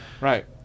Right